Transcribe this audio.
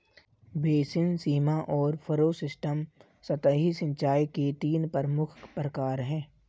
basin, सीमा और furrow system सतही सिंचाई के तीन प्रमुख प्रकार है